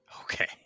Okay